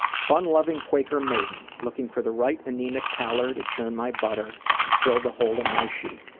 fun-loving quaker maiden looking for the right anemic pallor to churn my butter and fill the hole in my sheet.